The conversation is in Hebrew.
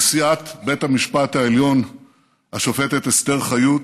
נשיאת בית המשפט העליון השופטת אסתר חיות